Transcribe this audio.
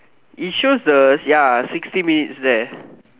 it shows the ya sixty minutes there